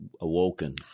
awoken